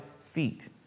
feet